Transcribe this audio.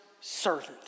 servant